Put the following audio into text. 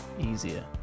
easier